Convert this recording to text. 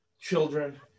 children